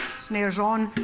snares on,